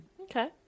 Okay